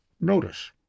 Notice